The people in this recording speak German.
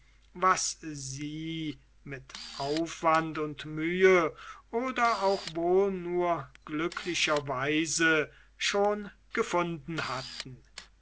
was sie mit aufwand und mühe oder auch wohl nur glücklicher weise schon gefunden hatten